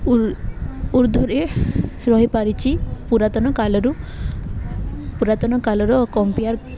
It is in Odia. ଉର୍ ଉର୍ଦ୍ଧରେ ରହିପାରିଛି ପୁରାତନ କାଲରୁ ପୁରାତନ କାଲର କମ୍ପେୟାର